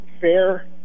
fair